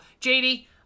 JD